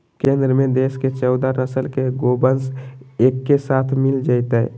केंद्र में देश के चौदह नस्ल के गोवंश एके साथ मिल जयतय